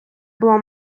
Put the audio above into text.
була